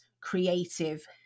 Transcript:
creative